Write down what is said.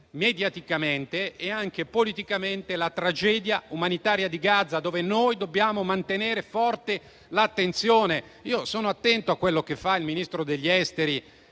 mediaticamente e anche politicamente, la tragedia umanitaria di Gaza, su cui noi dobbiamo mantenere forte l'attenzione. Io sono attento a quello che fa il Ministro degli affari